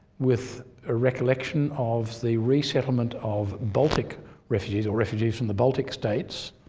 with a recollection of the resettlement of baltic refugees or refugees from the baltic states